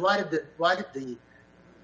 that why did the